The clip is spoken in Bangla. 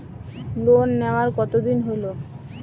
লোন নেওয়ার কতদিন হইল?